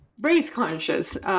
race-conscious